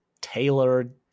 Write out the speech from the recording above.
tailored